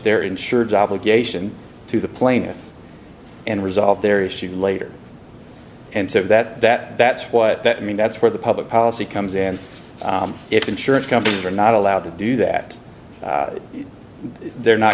their insureds obligation to the plaintiff and resolve their issues later and so that that that's what that i mean that's where the public policy comes in if insurance companies are not allowed to do that they're not